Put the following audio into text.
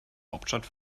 hauptstadt